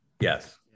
Yes